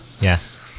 yes